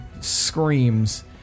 screams